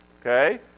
okay